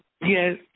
Yes